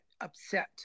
upset